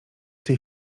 tej